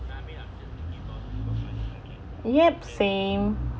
yup same